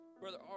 Brother